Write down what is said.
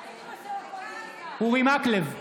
בעד אורי מקלב,